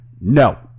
No